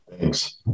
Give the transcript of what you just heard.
Thanks